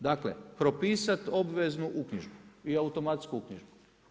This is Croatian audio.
Dakle, propisati obveznu uknjižbu i automatsku uknjižbu.